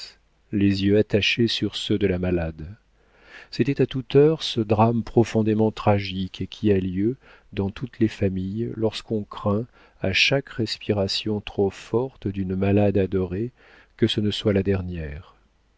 les yeux attachés sur ceux de la malade c'était à toute heure ce drame profondément tragique et qui a lieu dans toutes les familles lorsqu'on craint à chaque respiration trop forte d'une malade adorée que ce ne soit la dernière